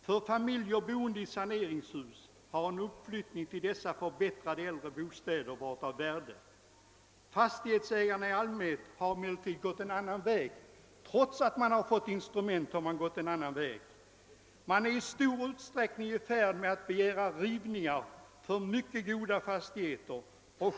För familjer, boende i saneringshus, har en uppflyttning till dessa förbättrade äldre bostäder varit av värde. Fastighetsägarna har emellertid i allmänhet gått en annan väg. De är i stor utsträckning i färd med att begära rivningstillstånd för mycket goda fastigheter.